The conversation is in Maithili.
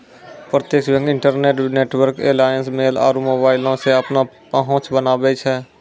प्रत्यक्ष bank, interbank network alliance, mail आरु मोबाइलो से अपनो पहुंच बनाबै छै